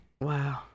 Wow